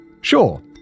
sure